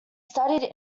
studied